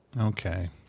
Okay